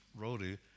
roadie